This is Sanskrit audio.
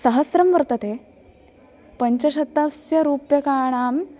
सहस्रं वर्तते पञ्चशतस्य रूप्यकाणां